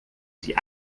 sie